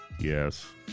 yes